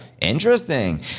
Interesting